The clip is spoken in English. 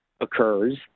occurs